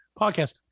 Podcast